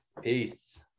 peace